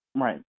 Right